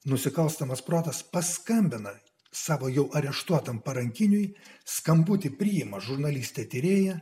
nusikalstamas protas paskambina savo jau areštuotam parankiniui skambutį priima žurnalistė tyrėja